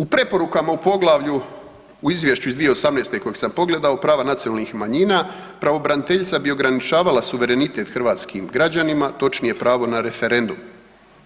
U preporukama u poglavlju u Izvješću iz 2018. kojeg sam pogledao, prava nacionalnih manjina Pravobraniteljica bi ograničavala suverenitet hrvatskim građanima, točnije pravo na referendum,